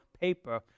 paper